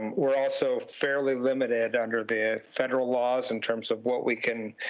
we're also fairly limited under the federal laws in terms of what we can,